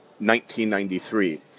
1993